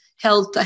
health